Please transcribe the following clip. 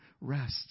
rest